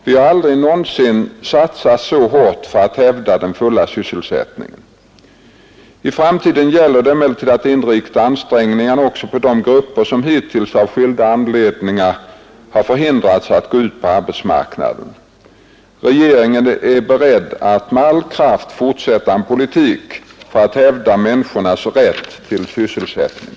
Vi har aldrig någonsin satsat så hårt för att hävda den fulla sysselsättningen. I framtiden gäller det emellertid att inrikta ansträngningarna också på de grupper som hittills av skilda anledningar har förhindrats att gå ut på arbetsmarknaden. Regeringen är beredd att med all kraft fortsätta en för att trygga full sysselsättning politik för att hävda människornas rätt till sysselsättning.